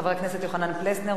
חבר הכנסת יוחנן פלסנר,